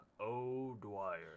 o'dwyer